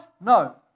No